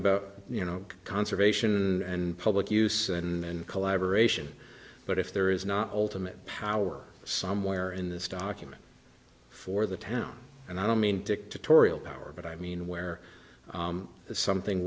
about you know conservation and public use and collaboration but if there is not ultimate power somewhere in this document for the town and i don't mean dictatorial power but i mean where something